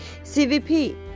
CVP